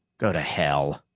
go to hell!